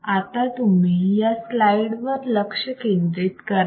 आता तुम्ही या स्लाईडवर लक्ष केंद्रित करा